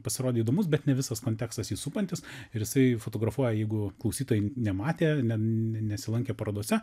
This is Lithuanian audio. pasirodė įdomus bet ne visas kontekstas jį supantis ir jisai fotografuoja jeigu klausytojai nematė ne ne nesilankė parodose